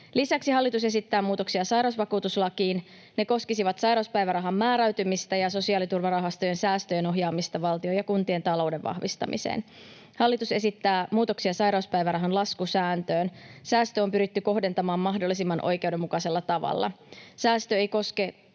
Lisäksi hallitus esittää muutoksia sairausvakuutuslakiin. Ne koskisivat sairauspäivärahan määräytymistä ja sosiaaliturvarahastojen säästöjen ohjaamista valtion ja kuntien talouden vahvistamiseen. Hallitus esittää muutoksia sairauspäivärahan laskusääntöön. Säästö on pyritty kohdentamaan mahdollisimman oikeudenmukaisella tavalla. Säästö ei koske